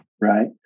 Right